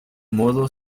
modo